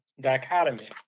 dichotomy